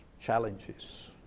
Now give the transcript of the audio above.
challenges